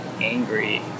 angry